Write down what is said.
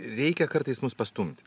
reikia kartais mus pastumti